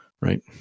Right